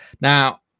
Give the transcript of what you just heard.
now